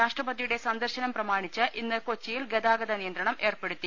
രാഷ്ട്രപതിയുടെ സന്ദർശനം പ്രമാണിച്ച് ഇന്ന് കൊച്ചിയിൽ ഗതാഗത നിയന്ത്രണം ഏർപ്പെടുത്തി